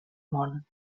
món